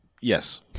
Yes